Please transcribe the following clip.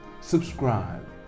subscribe